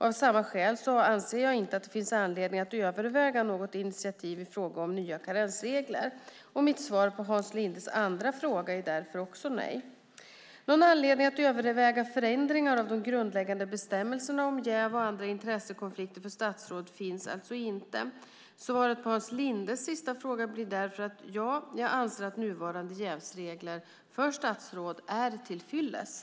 Av samma skäl anser jag att det inte finns anledning att överväga några initiativ i fråga om nya karensregler. Mitt svar på Hans Lindes andra fråga är därför också nej. Någon anledning att överväga förändringar av de grundläggande bestämmelserna om jäv och andra intressekonflikter för statsråd finns alltså inte. Svaret på Hans Lindes sista fråga blir därför: Ja, jag anser att nuvarande jävsregler för statsråd är till fyllest.